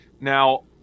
Now